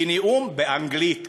בנאום באנגלית,